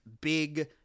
big